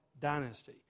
dynasty